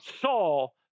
Saul